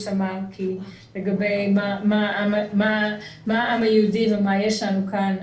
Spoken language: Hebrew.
אמר לגבי מה העם היהודי ומה יש לנו כאן.